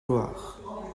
loire